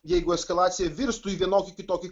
jeigu eskalacija virstų į vienokį kitokį